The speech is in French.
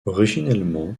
originellement